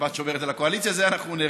השבת שומרת על הקואליציה, את זה אנחנו נראה.